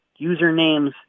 usernames